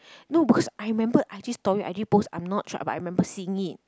no because I remember I just I_G story I_G post I'm not tr~ but I remember seeing it